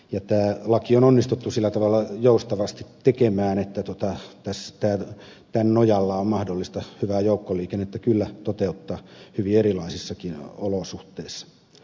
tämä laki on onnistuttu sillä tavalla joustavasti tekemään että tämän nojalla on mahdollista hyvää joukkoliikennettä kyllä toteuttaa hyvin erilaisissakin olosuhteissa